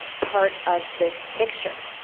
part of this picture.